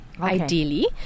Ideally